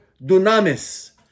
dunamis